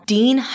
Dean